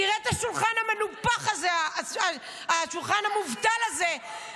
תראה את השולחן המנופח הזה, השולחן המובטל הזה.